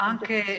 anche